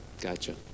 Gotcha